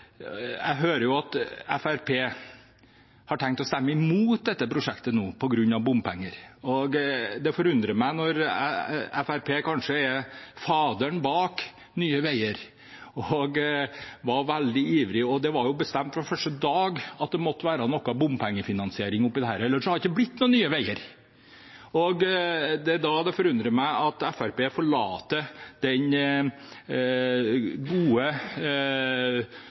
forundrer meg når Fremskrittspartiet kanskje er faderen bak Nye Veier og var veldig ivrige. Det var bestemt fra første dag at det måtte være noe bompengefinansiering oppi dette, ellers hadde det ikke blitt noen Nye Veier. Det forundrer meg at Fremskrittspartiet forlater den gode holdningen man har hatt til disse prosjektene, at nytteverdien er så stor at man også kan tåle en tredel bompengefinansiering. Det forundrer meg at